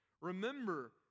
Remember